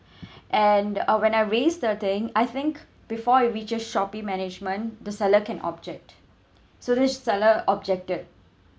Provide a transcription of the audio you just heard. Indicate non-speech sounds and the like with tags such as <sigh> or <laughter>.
<breath> and uh when I raised the thing I think before it reached Shopee management the seller can object so this seller objected